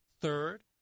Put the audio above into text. Third